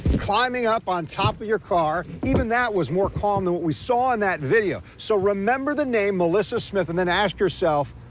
climbing up on top of your car. even that was more calm than what we saw in that video. so remember the name, melissa smith. and ask yourself,